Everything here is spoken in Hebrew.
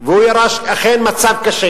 והוא ירש, אכן, מצב קשה